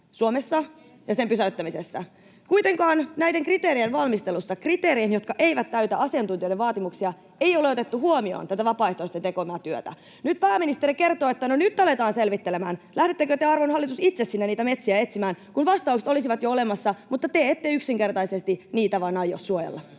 etenemisessä ja sen pysäyttämisessä Suomessa? Kuitenkaan näiden kriteerien valmistelussa — kriteerien, jotka eivät täytä asiantuntijoiden vaatimuksia — ei ole otettu huomioon tätä vapaaehtoisten tekemää työtä. Nyt pääministeri kertoo, että no nyt aletaan selvittelemään. Lähdettekö te, arvon hallitus, itse sinne niitä metsiä etsimään, kun vastaukset olisivat jo olemassa mutta te ette yksinkertaisesti niitä vain aio suojella?